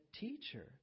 teacher